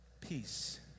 Peace